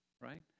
right